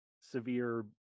severe